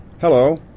Hello